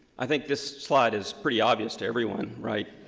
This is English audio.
i think this slide is pretty obvious to everyone, right?